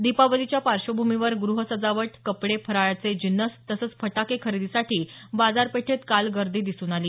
दीपावलीच्या पार्श्वभूमीवर गृह सजावट कपडे फराळाचे जिन्नस तसंच फटाके खरेदीसाठी बाजारपेठेत काल गर्दी दिसून आली